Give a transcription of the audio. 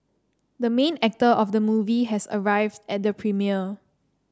the main actor of the movie has arrived at the premiere